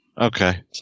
Okay